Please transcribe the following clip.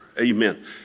amen